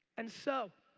and so,